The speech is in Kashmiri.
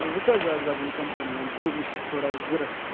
تہٕ وۅنۍ کٔژ حظ لَگَن کَنفٕرٕم تُہۍ یُس تھوڑا ضروٗرت